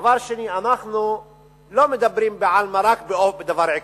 דבר שני, אנחנו לא מדברים בעלמא, רק בדבר עקרוני.